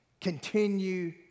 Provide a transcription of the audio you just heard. continue